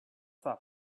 have